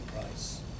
price